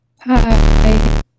Hi